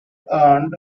earned